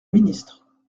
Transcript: ministre